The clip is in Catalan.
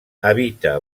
habita